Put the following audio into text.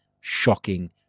shocking